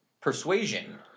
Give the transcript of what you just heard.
persuasion